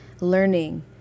learning